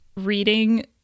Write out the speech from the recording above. Reading